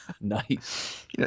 Nice